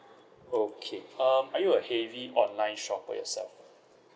okay um are you a heavy online shopper yourself